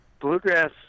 bluegrass